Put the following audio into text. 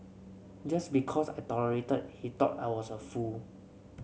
just because I tolerated he thought I was a fool